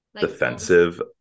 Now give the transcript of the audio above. defensive